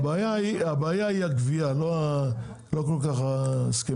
הבעיה היא הגבייה ולא כל כך ההסכמים.